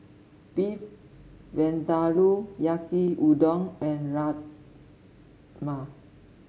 Beef Vindaloo Yaki Udon and Rajma